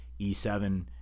E7